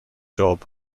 job